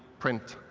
print,